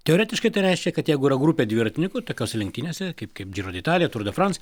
teoretiškai tai reiškia kad jeigu yra grupė dviratininkų tokiose lenktynėse kaip kaip džiro de italija tur de frans